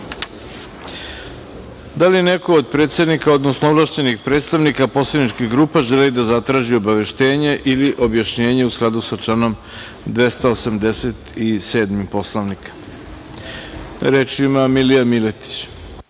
li neko od predsednika, odnosno ovlašćenih predstavnika poslaničkih grupa želi da zatraži obaveštenje ili objašnjenje u skladu sa članom 287. Poslovnika? Reč ima Milija Miletić.